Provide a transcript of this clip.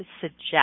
suggest